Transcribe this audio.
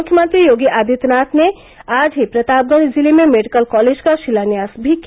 मुख्यमंत्री योगी आदित्यनाथ ने आज ही प्रतापगढ़ जिले में मेडिकल कॉलेज का शिलान्यास भी किया